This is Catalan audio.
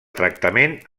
tractament